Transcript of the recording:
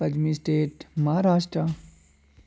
पंजमीं स्टेट महाराश्ट्रा